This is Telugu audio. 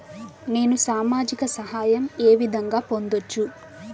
నేను సామాజిక సహాయం వే విధంగా పొందొచ్చు?